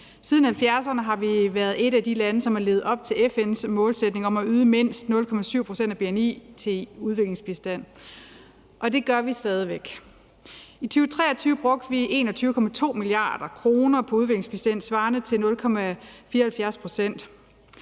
Siden 1970'erne har vi været et af de lande, som har levet op til FN's målsætning om at yde mindst 0,7 pct. af bni i udviklingsbistand, og det gør vi stadig væk. I 2023 brugte vi 21,2 mia. kr. på ulandsbistand svarende til 0,74 pct.